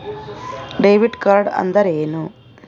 Debit ಕಾರ್ಡ್ಅಂದರೇನು?